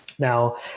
Now